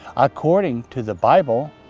according to the bible,